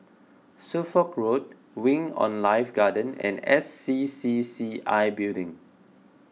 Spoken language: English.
Suffolk Road Wing on Life Garden and S C C C I Building